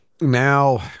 Now